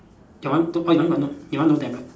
your one two oh your one got no your one no tablet